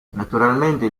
naturalmente